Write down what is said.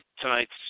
tonight's